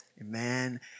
Amen